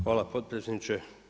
Hvala potpredsjedniče.